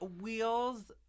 wheels